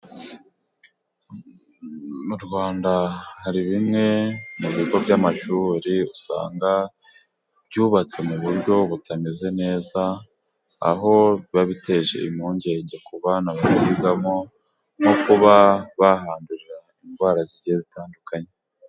Mu Rwanda hari bimwe mubigo by'amashuri usanga byubatse mu buryo butameze neza, aho biba biteje impungenge ku bana bashyirwamo nko kuba bahandurira indwara zitandukanye.